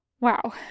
wow